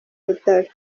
butaro